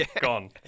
gone